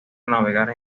navegar